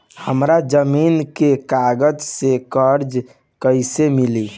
हमरा जमीन के कागज से कर्जा कैसे मिली?